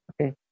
Okay